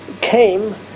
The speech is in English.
came